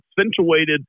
accentuated